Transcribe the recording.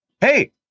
hey